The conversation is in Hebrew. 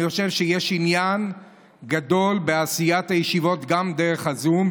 אני חושב שיש עניין גדול בעשיית הישיבות גם דרך הזום,